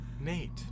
Nate